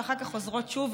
ואחר כך חוזרות שוב,